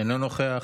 אינו נוכח,